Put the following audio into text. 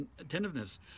attentiveness